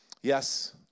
Yes